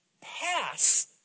pass